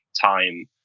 time